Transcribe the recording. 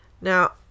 Now